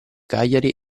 cagliari